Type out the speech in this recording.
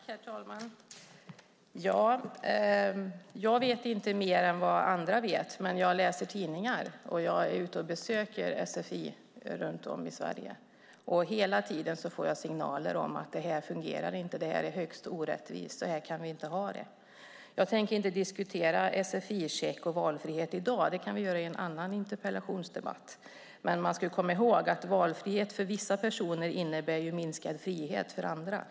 Herr talman! Jag vet inte mer än andra, men jag läser tidningar och är ute och besöker sfi runt om i Sverige. Hela tiden får jag signaler om att det inte fungerar, att det är högst orättvist och att vi inte kan ha det så. Jag tänker inte diskutera sfi-check och valfrihet i dag, det kan vi göra i en annan interpellationsdebatt, men man ska komma ihåg att valfrihet för vissa personer innebär minskad frihet för andra.